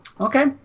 Okay